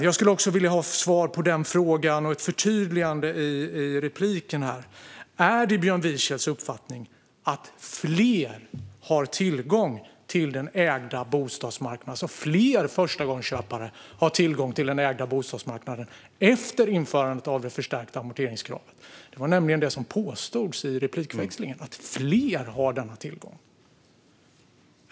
Jag skulle också vilja ha ett förtydligande av något som sas i en tidigare replik: Är det Björn Wiechels uppfattning att fler förstagångsköpare har tillgång till marknaden för ägda bostäder efter införandet av det förstärkta amorteringskravet? Det var nämligen det som påstods i replikväxlingen - att fler har denna tillgång.